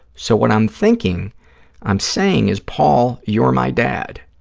so, what i'm thinking i'm saying is, paul, you're my dad.